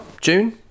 June